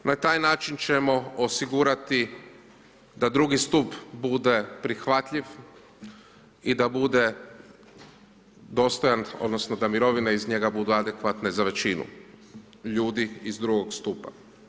Na taj način ćemo osigurati da II. stup bude prihvatljiv i da bude dostojan odnosno da mirovine iz njega budu adekvatne za većinu ljudi iz II. stupa.